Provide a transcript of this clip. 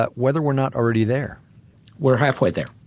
but whether we're not already there we're halfway there.